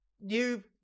New